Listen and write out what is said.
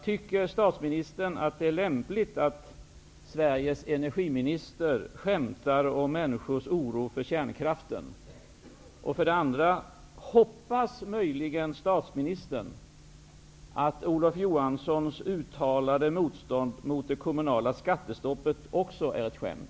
Tycker statsministern att det är lämpligt att Sveriges energiminister skämtar om människors oro för kärnkraften? 2. Hoppas möjligen statsministern att Olof Johanssons uttalade motstånd mot det kommunala skattestoppet också är ett skämt?